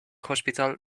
hospital